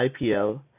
IPL